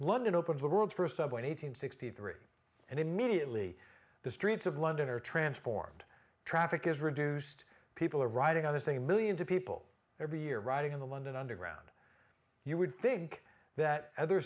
london opened the world's first subway eight hundred sixty three and immediately the streets of london are transformed traffic is reduced people are riding on the same millions of people every year riding in the london underground you would think that other